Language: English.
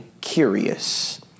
curious